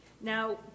Now